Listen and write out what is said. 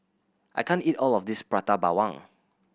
I can't eat all of this Prata Bawang